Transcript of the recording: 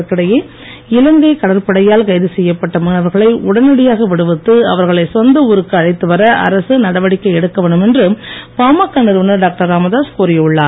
இதற்கிடையே இலங்கை கடற்படையால் கைது செய்யப்பட்ட மீனவர்களை உடனடியாக விடுவித்து அவர்களை சொந்த ஊருக்கு அழைத்து வர அரசு நடவடிக்கை எடுக்க வேண்டும் என்று பாமக நிறுவனர் டாக்டர் ராமதாஸ் கூறி உள்ளார்